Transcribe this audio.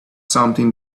something